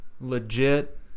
legit